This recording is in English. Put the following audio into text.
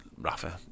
Rafa